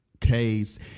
Case